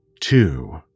two